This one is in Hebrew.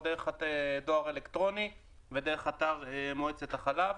דרך דואר אלקטרוני ודרך אתר מועצת החלב.